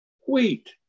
wheat